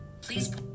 please